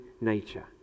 nature